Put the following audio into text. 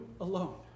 alone